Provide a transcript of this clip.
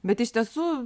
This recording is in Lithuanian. bet iš tiesų